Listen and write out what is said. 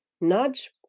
nudge